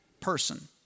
person